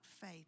faith